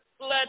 let